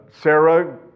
Sarah